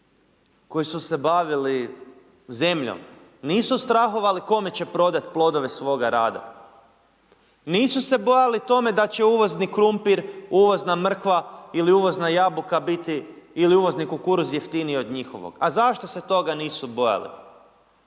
koji su se bavili zemljom nisu strahovali kome će prodati plodove svoga rada, nisu se bojali toga da će uvozni krumpir, uvozna mrkva ili uvozna jabuka biti ili uvozni kukuruz jeftiniji od njihovog. A zašto se toga nisu bojali?